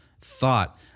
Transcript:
thought